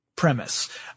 premise